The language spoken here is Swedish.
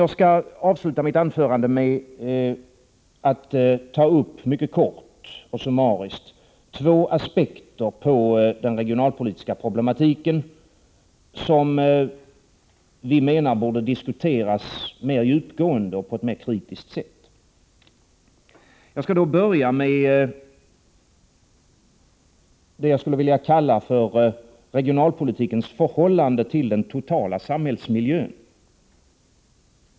Jag skall avsluta mitt anförande med att mycket kort och summariskt ta upp två aspekter på den regionalpolitiska problematiken som vi menar borde diskuteras mer djupgående och på ett mer kritiskt sätt. Jag skall då börja med det som skulle kunna kallas för regionalpolitikens förhållande till den totala samhällsmiljön.